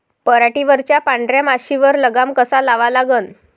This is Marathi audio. पराटीवरच्या पांढऱ्या माशीवर लगाम कसा लावा लागन?